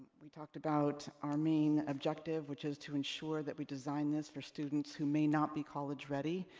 we talked about our main objective, which is to ensure that we design this for students who may not be college-ready,